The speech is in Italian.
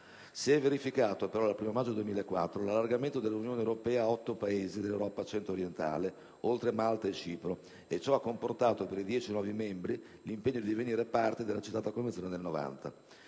si è verificato l'allargamento dell'Unione europea ad otto Paesi dell'Europa centro-orientale, oltre a Malta e Cipro, e ciò ha comportato per i dieci nuovi membri l'impegno a divenire parti della citata Convenzione del 1990.